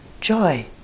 Joy